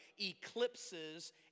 eclipses